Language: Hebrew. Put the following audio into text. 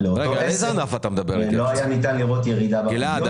באותו עסק לא היה ניתן לראות ירידה בפדיון.